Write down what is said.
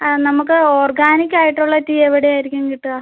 ആ നമുക്ക് ഓർഗാനിക് ആയിട്ടുള്ള ടീ എവിടെ ആയിരിക്കും കിട്ടുക